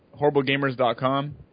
HorribleGamers.com